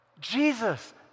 Jesus